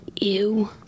Ew